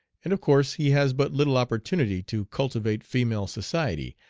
and of course he has but little opportunity to cultivate female society,